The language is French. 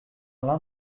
l’un